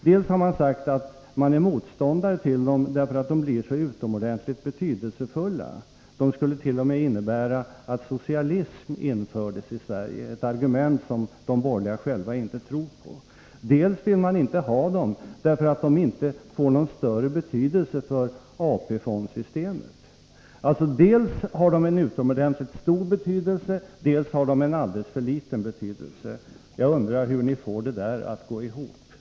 Dels har man sagt att man är motståndare till dem därför att de blir så utomordentligt betydelsefulla. De skulle t.o.m. innebära att socialism införs i Sverige, ett argument som de borgerliga själva inte tror på. Dels vill man inte ha löntagarfonder, därför att de inte får någon större betydelse för ATP-fondsystemet. Dels har alltså löntagarfonderna en utomordentligt stor betydelse, dels har de en alltför liten betydelse. Jag undrar hur ni får detta att gå ihop.